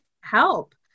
help